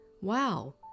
Wow